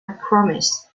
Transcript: promise